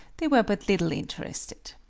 they were but little interested.